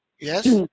yes